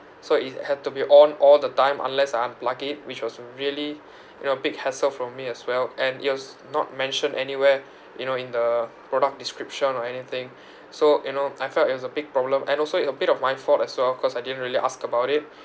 so it had to be on all the time unless I unplug it which was really you know big hassle for me as well and it was not mentioned anywhere you know in the product description or anything so you know I felt it was a big problem and also it's a bit of my fault as well cause I didn't really ask about it